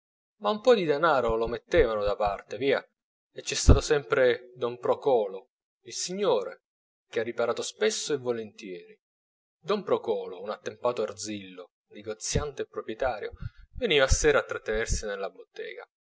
ma un po di danaro lo mettevano da parte via e c'è stato sempre don procolo il signore che ha riparato spesso e volentieri don procolo un attempato arzillo negoziante e proprietario veniva a sera a trattenersi nella bottega